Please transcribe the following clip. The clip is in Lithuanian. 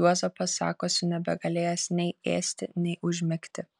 juozapas sakosi nebegalėjęs nei ėsti nei užmigti